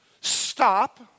Stop